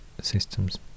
systems